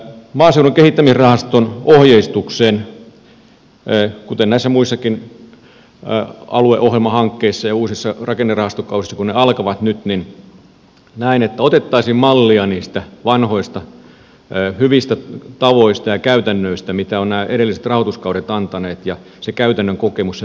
maaseudun kehittämisrahaston ohjeistukseen kuten näissä muissakin alueohjelmahankkeissa ja uusissa rakennerahastokausissa kun ne alkavat nyt näen että otettaisiin mallia niistä vanhoista hyvistä tavoista ja käytännöistä mitä ovat nämä edelliset rahoituskaudet ja se käytännön kokemus sieltä kenttätyöstä antaneet